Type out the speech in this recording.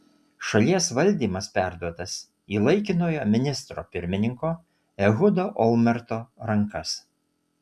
šalies valdymas perduotas į laikinojo ministro pirmininko ehudo olmerto rankas